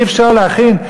אי-אפשר להכין?